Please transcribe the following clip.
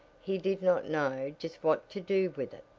he did not know just what to do with it.